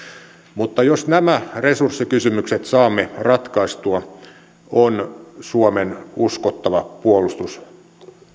mutta jos nämä resurssikysymykset saamme ratkaistua on suomen uskottava puolustus